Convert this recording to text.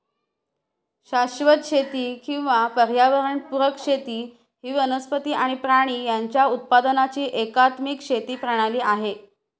शाश्वत शेती किंवा पर्यावरण पुरक शेती ही वनस्पती आणि प्राणी यांच्या उत्पादनाची एकात्मिक शेती प्रणाली आहे